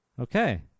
okay